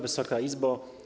Wysoka Izbo!